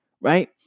right